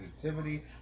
creativity